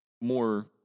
More